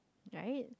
right